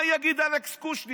מה יגיד אלכס קושניר?